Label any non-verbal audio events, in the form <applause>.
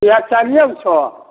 <unintelligible>